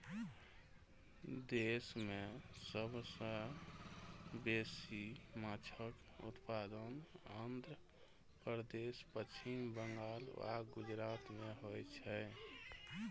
देश मे सबसं बेसी माछक उत्पादन आंध्र प्रदेश, पश्चिम बंगाल आ गुजरात मे होइ छै